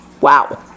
Wow